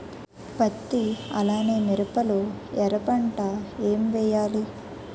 పత్తి అలానే మిరప లో ఎర పంట ఏం వేయాలి?